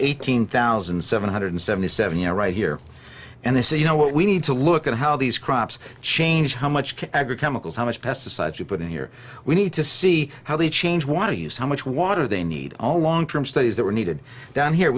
eighteen thousand seven hundred seventy seven you know right here and they say you know what we need to look at how these crops change how much can aggregate nichols how much pesticides you put in here we need to see how they change want to use how much water they need all long term studies that were needed down here